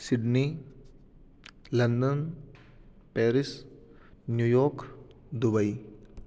Sydney London Paris New York Dubai